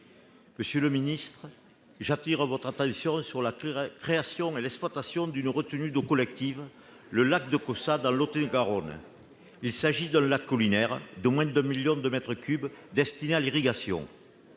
écologique et solidaire, j'appelle votre attention sur la création et l'exploitation d'une retenue d'eau collective, le lac de Caussade, en Lot-et-Garonne. Il s'agit d'un lac collinaire de moins de un million de mètres cubes, destiné à l'irrigation.